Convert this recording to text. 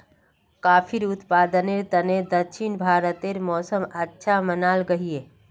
काफिर उत्पादनेर तने दक्षिण भारतेर मौसम अच्छा मनाल गहिये